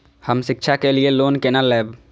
हम शिक्षा के लिए लोन केना लैब?